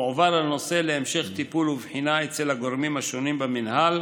מועבר הנושא להמשך טיפול ובחינה אצל הגורמים השונים במינהל,